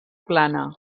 plana